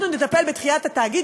אנחנו נטפל בדחיית התאגיד,